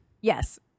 Yes